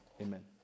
Amen